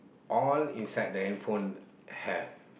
all inside the handphone have